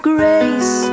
grace